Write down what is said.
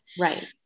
Right